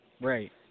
Right